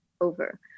over